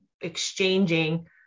exchanging